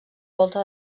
volta